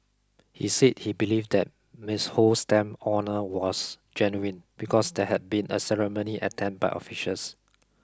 he said he believed that Miss Ho's stamp honour lost genuine because there had been a ceremony attend by officials